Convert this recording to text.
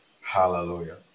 Hallelujah